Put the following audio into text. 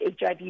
HIV